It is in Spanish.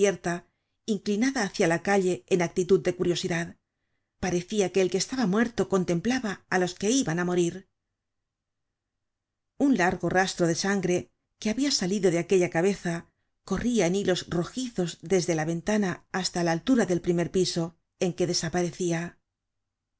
inclinada hácia la calle en actitud de curiosidad parecia que el que estaba muerto contemplaba á los que iban á morir un largo rastro de sangre que habia salido de aquella cabeza corria en hilos rojizos desde la ventana hasta la altura del primer piso en que desaparecia